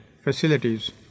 facilities